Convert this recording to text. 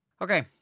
Okay